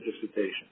dissertation